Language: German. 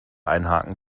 einhaken